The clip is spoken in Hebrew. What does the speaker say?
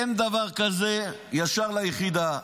אין דבר כזה ישר ליחידה.